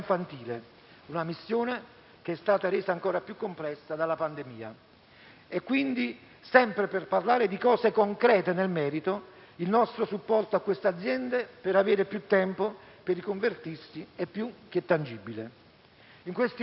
una missione che è stata resa ancora più complessa dalla pandemia. Sempre per parlare di cose concrete, nel merito, il nostro supporto a queste aziende per avere più tempo per riconvertirsi è più che tangibile. In questi mesi,